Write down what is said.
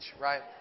right